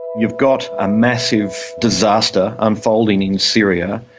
you've got a massive disaster unfolding in syria,